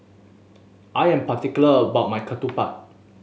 I am particular about my ketupat